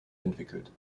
entwickelt